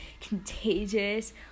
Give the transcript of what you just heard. contagious